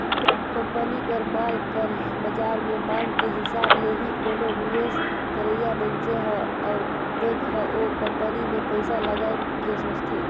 company कर माल कर बाजार में मांग के हिसाब ले ही कोनो निवेस करइया मनइसे हर अउ बेंक हर ओ कंपनी में पइसा लगाए के सोंचथे